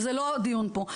זה לא דיון פה.